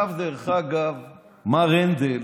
דרך אגב, מר הנדל